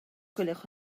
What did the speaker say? gwelwch